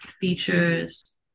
features